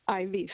IV